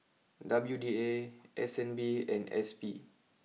W D A S N B and S P